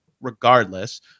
regardless